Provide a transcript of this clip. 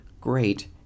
Great